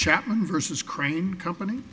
chapman versus crane company